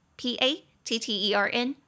pattern